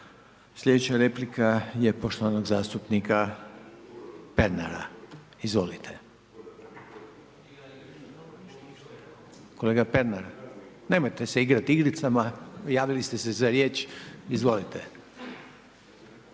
Slijedeća replika je poštovanog zastupnika Pernara, izvolite. Kolega Pernar, nemojte se igrat igricama, javili ste se za riječ, izvolite.